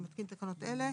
אני מתקין תקנות אלה: